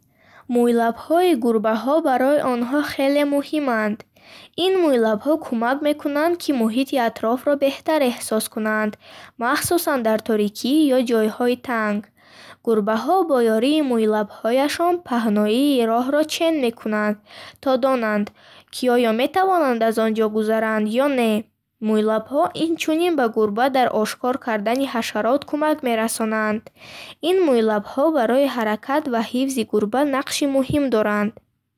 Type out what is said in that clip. Мӯйлабҳои гурбаҳо барои онҳо хеле муҳиманд. Ин мӯйлабҳо кӯмак мекунанд, ки муҳити атрофро беҳтар эҳсос кунанд, махсусан дар торикӣ ё ҷойҳои танг. Гурбаҳо бо ёрии мӯйлабҳояшон паҳноии роҳро чен мекунанд, то донанд, ки оё метавонанд аз он ҷо гузаранд ё не. Мӯйлабҳо инчунин ба гурба дар ошкор кардани ҳашарот кумак мерасонанд. Ин мӯйлабҳо барои ҳаракат ва ҳифзи гурба нақши муҳим доранд.